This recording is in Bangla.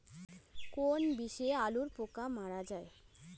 কোন বিষে আলুর পোকা মারা যায়?